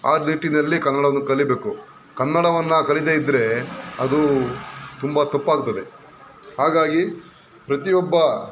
ಆ ನಿಟ್ಟಿನಲ್ಲಿ ಕನ್ನಡವನ್ನು ಕಲಿಬೇಕು ಕನ್ನಡವನ್ನು ಕಲಿದೇ ಇದ್ದರೆ ಅದು ತುಂಬ ತಪ್ಪಾಗ್ತದೆ ಹಾಗಾಗಿ ಪ್ರತಿಯೊಬ್ಬ